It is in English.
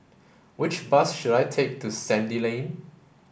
which bus should I take to Sandy Lane